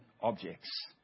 objects